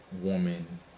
woman